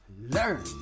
learn